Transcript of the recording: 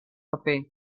paper